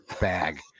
bag